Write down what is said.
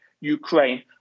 Ukraine